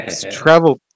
Travel